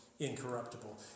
Incorruptible